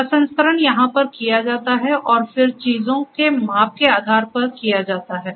प्रसंस्करण यहाँ पर किया जाता है और फिर चीजों के माप के आधार पर किया जाता है